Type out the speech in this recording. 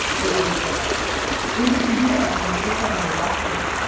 it was like it was a big deal and it was like a luxury.